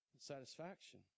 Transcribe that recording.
satisfaction